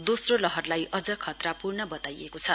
दोस्रो लहरलाई अझ खतरापूर्ण बताइएको छ